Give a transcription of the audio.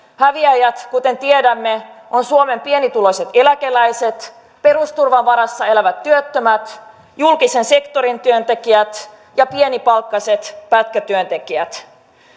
häviäjät kuten tiedämme ovat suomen pienituloiset eläkeläiset perusturvan varassa elävät työttömät julkisen sektorin työntekijät ja pienipalkkaiset pätkätyöntekijät